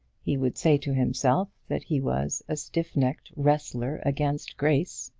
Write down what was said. he would say to himself that he was a stiff-necked wrestler against grace,